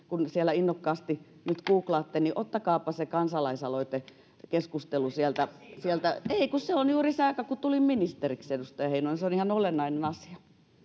että kun siellä innokkaasti nyt googlaatte niin ottakaapa se kansalaisaloitekeskustelu sieltä sieltä ei kun se on juuri se aika kun tulin ministeriksi edustaja heinonen se on ihan olennainen asia